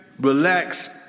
relax